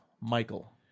Michael